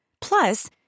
Plus